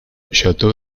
château